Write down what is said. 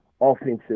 Offensive